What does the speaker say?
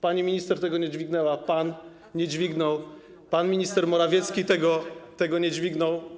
Pani minister tego nie dźwignęła, pan nie dźwignął, pan minister Morawiecki tego nie dźwignął.